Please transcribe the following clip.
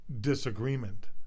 disagreement